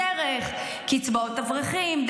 דרך קצבאות אברכים,